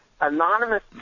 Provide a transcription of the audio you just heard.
anonymous